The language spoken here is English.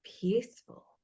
peaceful